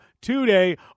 today